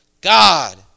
God